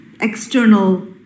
external